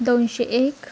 दोनशे एक